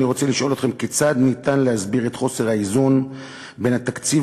אני רוצה לשאול אתכם: כיצד אפשר להסביר את חוסר האיזון בין התקציב